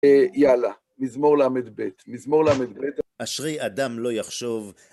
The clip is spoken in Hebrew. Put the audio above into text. יאללה, מזמור לב, מזמור לב. אשרי אדם לא יחשוב